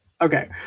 Okay